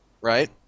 Right